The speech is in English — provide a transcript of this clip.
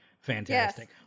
fantastic